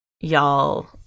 y'all